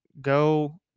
go